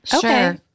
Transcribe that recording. Sure